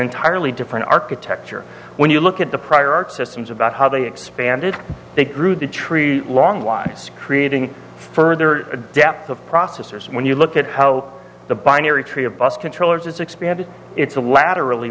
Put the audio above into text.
entirely different architecture when you look at the prior art systems about how they expanded they grew the tree long lives creating further adaptive processors and when you look at how the binary tree of bus controllers is expanded it's a laterally